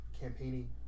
campaigning